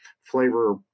flavor